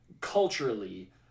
culturally